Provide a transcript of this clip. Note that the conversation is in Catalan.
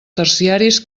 terciaris